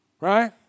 right